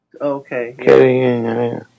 Okay